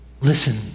Listen